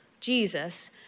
Jesus